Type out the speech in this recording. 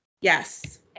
Yes